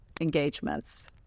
engagements